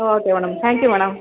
okay madam thank you madam